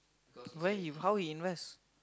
where he how he invest